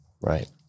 right